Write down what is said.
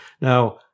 Now